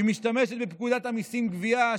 היא משתמשת בפקודת המיסים (גבייה),